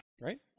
right